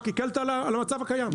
רק הקלת על המצב הקיים.